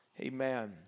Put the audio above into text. Amen